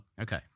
Okay